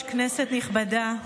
אדוני היושב-ראש, כנסת נכבדה,